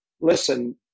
listen